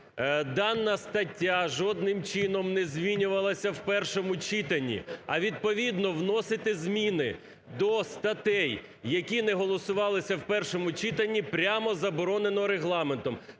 дана стаття жодним чином не змінювалася в першому читанні, а, відповідно, вносити зміни до статей, які не голосувалися в першому читанні, прямо заборонено Регламентом.